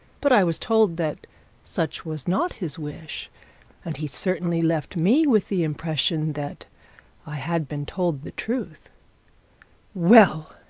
but i was told that such was not his wish and he certainly left me with the impression that i had been told the truth well!